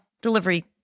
delivery